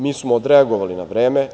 Mi smo odreagovali na vreme.